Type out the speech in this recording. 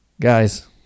Guys